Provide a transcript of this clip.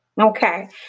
Okay